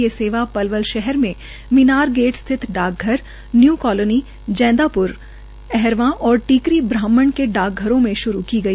ये सेवा पलवल शहर में मनीर गेट स्थित डाकघर न्यू कालोनी जैदांप्र अहरवां और टीकरी ब्राहमण के डाक घरों में श्रू की गई